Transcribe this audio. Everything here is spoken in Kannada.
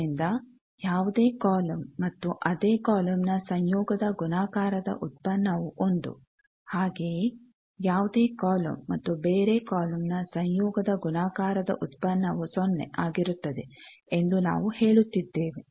ಆದ್ದರಿಂದ ಯಾವುದೇ ಕಾಲಮ್ ಮತ್ತು ಅದೇ ಕಾಲಮ್ನ ಸಂಯೋಗದ ಗುಣಾಕಾರದ ಉತ್ಪನ್ನವು ಒಂದು ಹಾಗೆಯೇ ಯಾವುದೇ ಕಾಲಮ್ ಮತ್ತು ಬೇರೆ ಕಾಲಮ್ನ ಸಂಯೋಗದ ಗುಣಾಕಾರದ ಉತ್ಪನ್ನವು ಸೊನ್ನೆ ಆಗಿರುತ್ತದೆ ಎಂದು ನಾವು ಹೇಳುತ್ತಿದ್ದೇವೆ